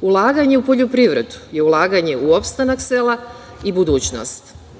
Ulaganje u poljoprivredu je ulaganje u opstanak sela i budućnost.U